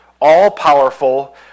all-powerful